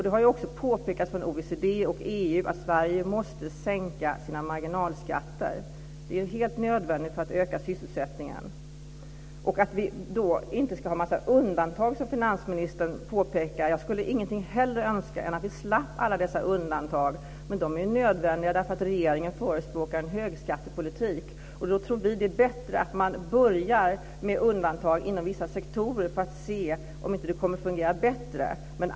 Det har också påpekats från OECD och EU att Sverige måste sänka sina marginalskatter. Det är helt nödvändigt för att öka sysselsättningen. Finansministern påpekar att vi inte ska ha en massa undantag. Jag skulle ingenting hellre önska än att vi slapp alla dessa undantag, men de är nödvändiga därför att regeringen förespråkar en högskattepolitik. Då tror vi att det är bättre att man börjar med undantag inom vissa sektorer för att se om det inte fungerar bättre.